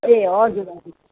ए हजुर हजुर